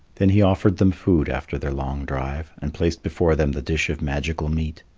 then he offered them food after their long drive, and placed before them the dish of magical meat.